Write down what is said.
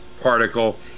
Particle